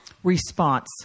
response